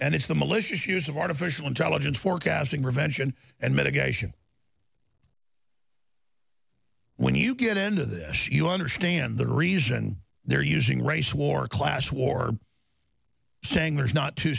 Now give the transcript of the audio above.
and it's the malicious use of artificial intelligence forecasting revenge and and mitigation when you get into this you understand the reason they're using race war class war saying there's not t